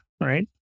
right